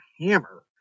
hammer